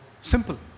Simple